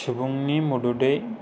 सुबुंनि मददै